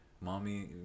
mommy